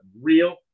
real